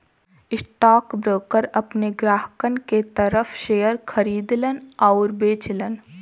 stockbroker अपने ग्राहकन के तरफ शेयर खरीदलन आउर बेचलन